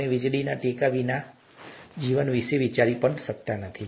આપણે વીજળીના ટેકા વિનાના જીવન વિશે વિચારી પણ શકતા નથી